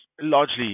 Largely